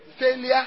failure